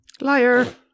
Liar